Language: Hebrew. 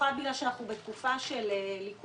במיוחד בגלל שאנחנו בתקופה של ליקוי